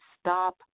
stop